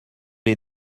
les